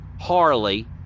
Harley